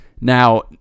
now